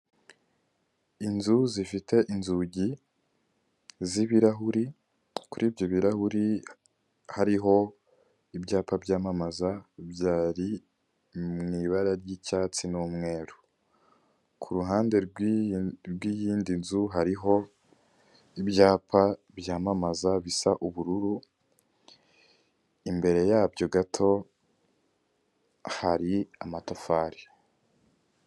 Inzu zifite inzugi z'ibirahuri, kuri ibyo birahuri hariho ibyapa byamamaza, byari mu ibara ry'icyatsi n'umweru, ku ruhande rw'iyindi nzu hariho ibyapa byamamaza bisa ubururu, imbere yabyo gato hari amatafari.